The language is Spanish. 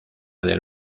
del